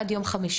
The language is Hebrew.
עד יום חמישי.